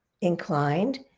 inclined